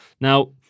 Now